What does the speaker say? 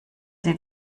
sie